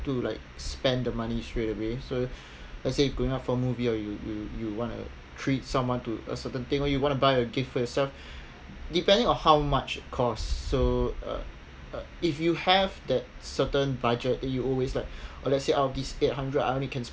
to like spend the money straight away so let's say you going out for a movie or you you you want to treat someone to a certain thing or you want to buy a gift for yourself depending on how much it cost so uh uh if you have that certain budget you always like oh let's say all of these eight hundred I only can